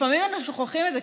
לפעמים אנו שוכחים את זה,